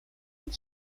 and